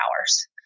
hours